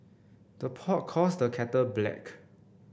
the pot calls the kettle black